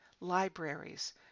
libraries